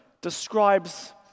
describes